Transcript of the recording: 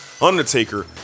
Undertaker